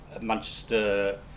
Manchester